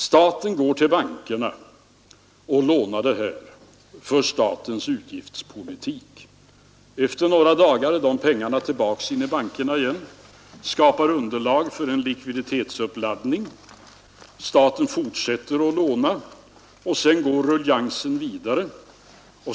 Staten går till bankerna och lånar för statens utgiftspolitik. Efter några dagar är de pengarna tillbaka i bankerna igen och skapar underlag för en likviditetsuppladdning. Staten fortsätter att låna, och sedan går ruljangsen vidare.